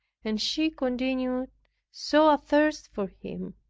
and she continued so athirst for him,